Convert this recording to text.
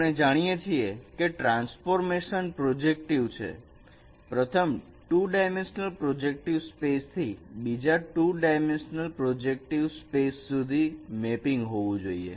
આપણે જાણીએ છીએ કે ટ્રાન્સફોર્મેશન પ્રોજેક્ટક્ટિવ છે પ્રથમ 2 ડાયમેન્શનલ પ્રોજેક્ટક્ટિવ સ્પેસ થી બીજા 2 ડાયમેન્શનલ પ્રોજેક્ટક્ટિવ સ્પેસ સુધી મેપિંગ હોવું જોઈએ